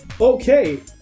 Okay